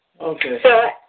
Okay